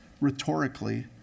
rhetorically